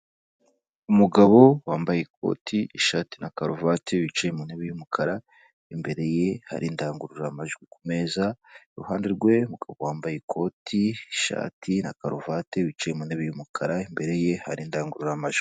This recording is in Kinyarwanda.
Umugabo wambaye ikoti, ishati na karuvati wicaye ku ntebe y'umukara, imbere ye hari indangururamajwi ku meza, iruhande rwe umugabo wambaye ikoti, ishati na karuvati wicaye mu ntebe y'umukara imbere ye hari indangururamajwi.